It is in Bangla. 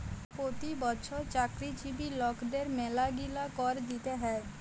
পতি বচ্ছর চাকরিজীবি লকদের ম্যালাগিলা কর দিতে হ্যয়